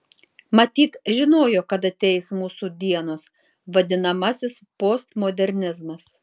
matyt žinojo kad ateis mūsų dienos vadinamasis postmodernizmas